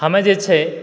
हम जे छै